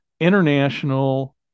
international